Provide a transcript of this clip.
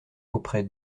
auprès